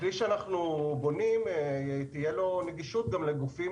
הכלי שאנחנו בונים תהיה לו נגישות גם לגופים